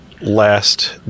last